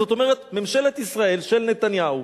זאת אומרת, ממשלת ישראל של נתניהו,